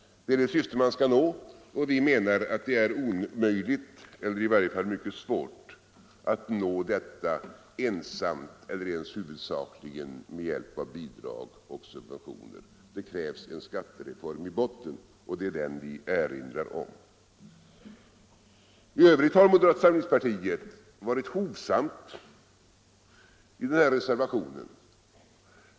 Det är det syfte man skall nå, och vi menar att det är omöjligt eller i varje fall mycket svårt att nå det enbart eller ens huvudsakligen med hjälp av bidrag och subventioner. Det krävs en skattereform i botten, och det är den vi erinrar om. I övrigt har moderata samlingspartiet varit hovsamt i reservationen.